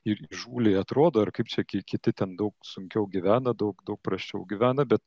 ir įžūliai atrodo ar kaip čia ki kiti ten daug sunkiau gyventa daug daug prasčiau gyvena bet